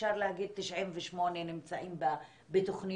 אפשר להגיד ש-98 נמצאים בתוכניות,